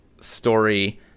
story